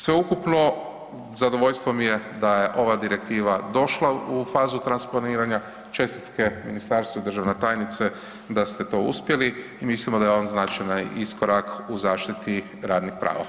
Sveukupno, zadovoljstvo mi je da je ova direktiva došla u fazu transponiranja, čestitke ministarstvu državna tajnice da ste to uspjeli i mislimo da je on značajan iskorak u zaštiti radnih prava.